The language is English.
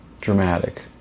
dramatic